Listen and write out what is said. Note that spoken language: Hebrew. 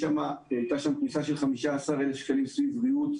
הייתה שם כניסה של 15,000 שקלים סביב ריהוט.